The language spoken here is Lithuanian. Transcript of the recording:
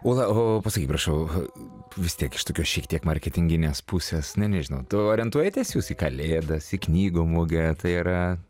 ula o pasakyk prašau vis tiek iš tokios šiek tiek marketinginės pusės na nežinau tu orientuojatės jūs į kalėdas į knygų mugę tai yra